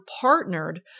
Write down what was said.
partnered